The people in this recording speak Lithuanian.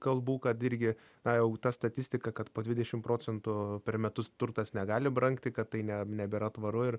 kalbų kad irgi na jau ta statistika kad po dvidešim procentų per metus turtas negali brangti kad tai ne nebėra tvaru ir